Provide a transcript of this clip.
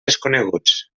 desconeguts